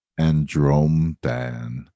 Andromedan